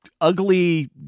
ugly